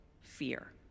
fear